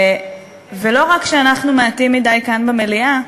ולא רק שאנחנו מעטים מדי כאן במליאה,